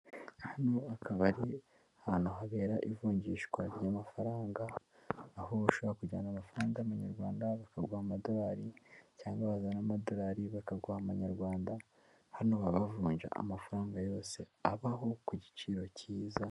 Hano akaba ari ahantu habera ivunjishwa ry'amafaranga, ushobora kujyana amafaranga y'amanyarwanda bakagu amadorari, cyangwa bazana amadolari bakaguha amanyarwanda, hano babavunja amafaranga yose abaho ku giciro cyiza.